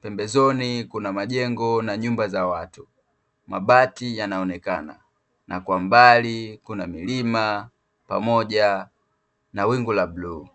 pembezoni kuna majengo na nyumba za watu. Mabati yanaonekana na kwa mbali kuna milima pamoja na wingu la bluu.